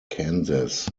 kansas